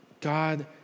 God